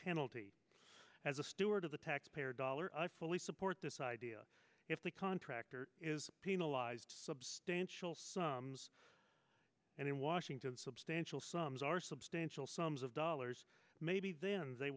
penalty as a steward of the taxpayer dollar support this idea if the contractor is penalized substantial sums and in washington substantial sums are substantial sums of dollars maybe then they